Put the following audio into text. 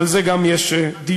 ועל זה גם יש דיון.